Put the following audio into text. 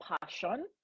passion